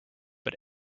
but